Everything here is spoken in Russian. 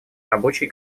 рабочей